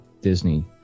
Disney